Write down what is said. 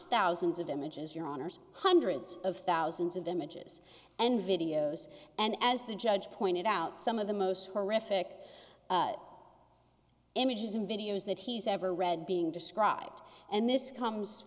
images your honour's hundreds of thousands of images and videos and as the judge pointed out some of the most horrific images and videos that he's ever read being described and this comes